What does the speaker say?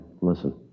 Listen